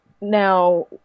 now